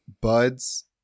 buds